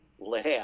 laugh